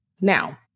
Now